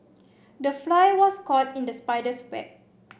the fly was caught in the spider's web